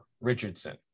Richardson